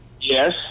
Yes